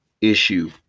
issue